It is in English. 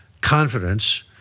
confidence